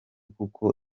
kuko